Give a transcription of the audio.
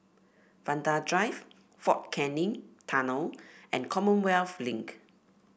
Vanda Drive Fort Canning Tunnel and Commonwealth Link